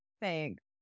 Thanks